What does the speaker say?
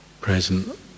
Present